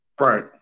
right